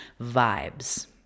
vibes